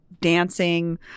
dancing